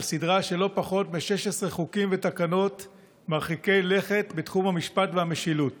על סדרה של לא פחות מ-16 חוקים ותקנות מרחיקי לכת בתחום המשפט והמשילות